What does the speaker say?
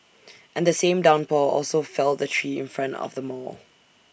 and the same downpour also felled A tree in front of the mall